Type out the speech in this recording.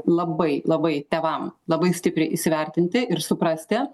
labai labai tėvam labai stipriai įsivertinti ir suprasti